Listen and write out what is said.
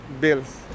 bills